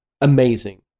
amazing